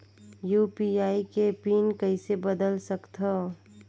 UPI के PIN कइसे बदल सकथव?